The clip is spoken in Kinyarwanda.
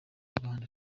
rwanda